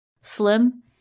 slim